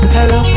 Hello